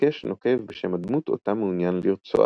- המתנקש נוקב בשם הדמות אותה מעוניין "לרצוח"